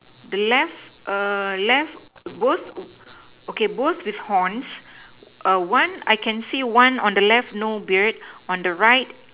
the left err left both okay both with horns one I can say one on the left no beard on the right